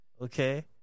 Okay